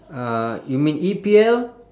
uh you mean E_P_L